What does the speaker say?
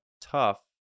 tough